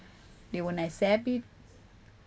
they won't accept it